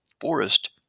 Forest